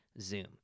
Zoom